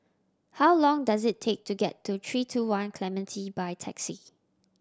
how long does it take to get to Three Two One Clementi by taxi